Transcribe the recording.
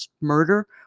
murder